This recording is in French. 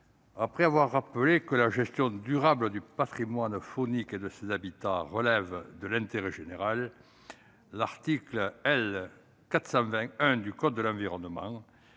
après avoir rappelé que la gestion durable du patrimoine faunique et de ses habitats relève de l'intérêt général, l'article L. 420-1 du code de l'environnement